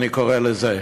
אני קורא לזה.